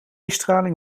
straling